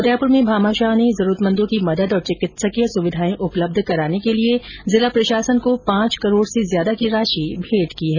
उदयपुर में भामाशाह ने जरूरतमंदों की मदद और चिकित्सकीय सुविधाएं उपलब्ध कराने के लिए जिला प्रशासन को पांच करोड़ से ज्यादा की राशि भेंट की है